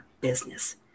business